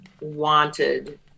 wanted